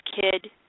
kid